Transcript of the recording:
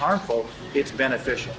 harmful it's beneficial